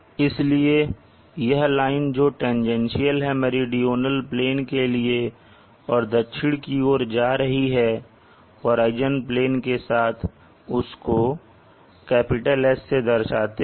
इसलिए यह लाइन जो टैन्जेन्शल है मेरीडोनल प्लेन के और दक्षिण की ओर जा रही है होराइजन प्लेन के साथ उसको "S" से दर्शाते हैं